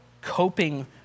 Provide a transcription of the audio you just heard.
coping